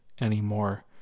anymore